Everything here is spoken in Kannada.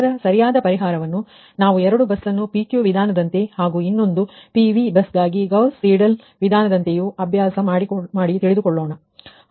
ಅದರ ಸರಿಯಾದ ಪರಿಹಾರವನ್ನು ನಾವು ಎರಡೂ ಬಸ್ ನ್ನು PQ ವಿಧಾನದಂತೆ ಹಾಗೂ ಇನ್ನೊಂದು PV ಬಸ್ ಗಾಗಿ ಗೌಸ್ ಸೀಡಲ್ ವಿಧಾನದಂತೆಯೂ ಅಭ್ಯಾಸ ಮಾಡಿ ತಿಳಿದುಕೊಳ್ಳೋಣ